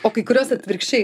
o kai kurios atvirkščiai